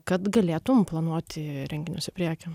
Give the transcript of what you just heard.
kad galėtum planuoti renginius į priekį